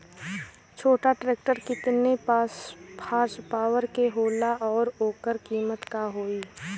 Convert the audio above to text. छोटा ट्रेक्टर केतने हॉर्सपावर के होला और ओकर कीमत का होई?